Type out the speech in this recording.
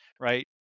Right